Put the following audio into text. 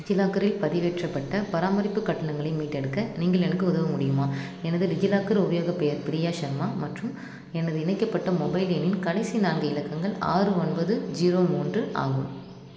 டிஜிலாக்கரில் பதிவேற்றப்பட்ட பராமரிப்பு கட்டணங்களை மீட்டெடுக்க நீங்கள் எனக்கு உதவ முடியுமா எனது டிஜிலாக்கர் உபயோகப் பெயர் பிரியா ஷர்மா மற்றும் எனது இணைக்கப்பட்ட மொபைல் எண்ணின் கடைசி நான்கு இலக்கங்கள் ஆறு ஒன்பது ஜீரோ மூன்று ஆகும்